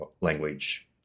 language